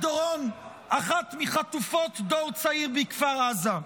אחת מחטופות הדור הצעיר בכפר עזה.